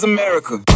America